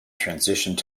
transitioned